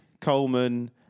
Coleman